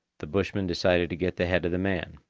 the bushmen decided to get the head of the man.